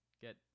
get